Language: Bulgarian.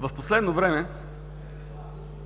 В последно време